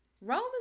Rome